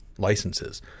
licenses